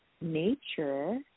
nature